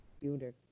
builder